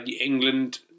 England